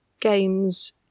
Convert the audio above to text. games